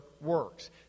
works